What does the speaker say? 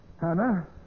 Hannah